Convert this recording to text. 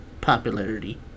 popularity